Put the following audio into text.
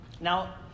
Now